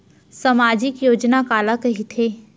सामाजिक योजना काला कहिथे?